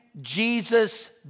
Jesus